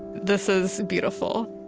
this is beautiful.